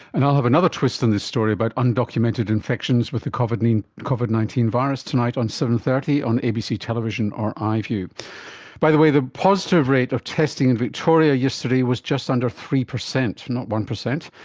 and i'll have another twist in this story about undocumented infections with the covid nineteen covid nineteen virus tonight on seven. thirty on abc television or iview. by the way, the positive rate of testing in victoria yesterday was just under three percent, not one percent,